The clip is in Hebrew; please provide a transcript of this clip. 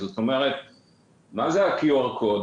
מה זה הקוד QR?